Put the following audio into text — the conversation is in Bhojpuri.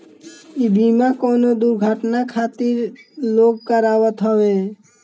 इ बीमा कवनो दुर्घटना खातिर लोग करावत हवे